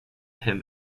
him